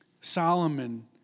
Solomon